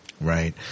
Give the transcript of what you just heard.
Right